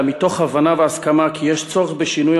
אלא מתוך הבנה והסכמה כי יש צורך בשינוי